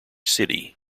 city